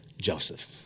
Joseph